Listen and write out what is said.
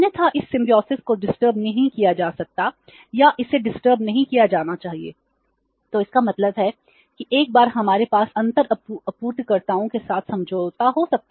तब इस सिंबोसिस समझौता है